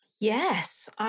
Yes